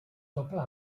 doble